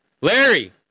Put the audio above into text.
Larry